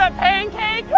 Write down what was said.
um pancake?